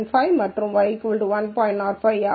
05 ஆகும்